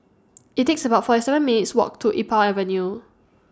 IT IS about forty seven minutes' Walk to Iqbal Avenue